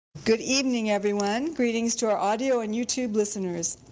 good evening everyone! greetings to our audio and youtube listeners!